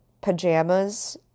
pajamas